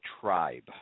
tribe